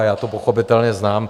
Já to pochopitelně znám.